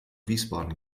wiesbaden